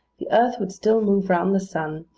the earth would still move round the sun,